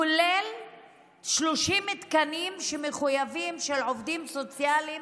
כולל 30 מתקנים מחויבים, עם עובדים סוציאליים,